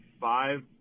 five –